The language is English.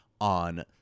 on